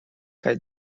kaj